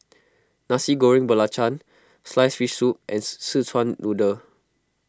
Nasi Goreng Belacan Sliced Fish Soup and Szechuan Noodle